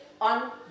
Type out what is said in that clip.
on